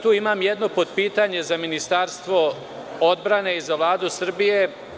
Tu imam jedno podpitanje za Ministarstvo odbrane i za Vladu Srbije.